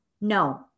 no